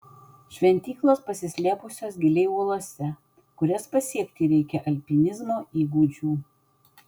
šventyklos pasislėpusios giliai uolose kurias pasiekti reikia alpinizmo įgūdžių